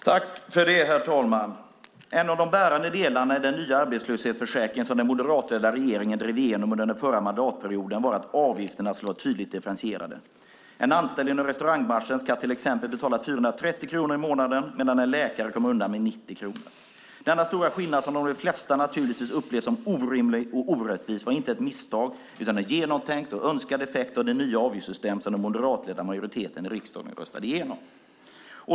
Herr talman! En av de bärande delarna i den nya arbetslöshetsförsäkring som den moderatledda regeringen drev igenom under förra mandatperioden var att avgifterna skulle vara tydligt differentierade. En anställd inom restaurangbranschen ska till exempel betala 430 kronor i månader medan en läkare kommer undan med 90 kronor. Denna stora skillnad, som av de flesta naturligtvis upplevs som orimlig och orättvis, var inte ett misstag utan en genomtänkt och önskad effekt av det nya avgiftssystem som den moderatledda majoriteten i riksdagen röstade igenom.